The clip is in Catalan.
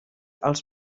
als